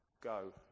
go